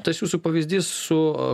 tas jūsų pavyzdys su